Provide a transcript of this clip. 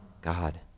God